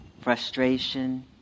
frustration